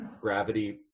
gravity